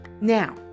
Now